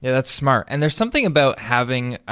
that's smart, and there's something about having,